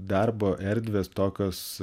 darbo erdvės tokios